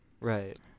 Right